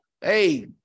hey